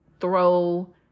throw